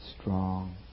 strong